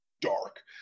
dark